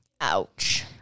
Ouch